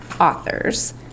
authors